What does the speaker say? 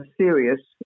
serious